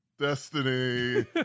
destiny